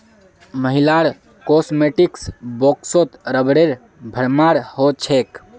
महिलार कॉस्मेटिक्स बॉक्सत रबरेर भरमार हो छेक